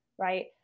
right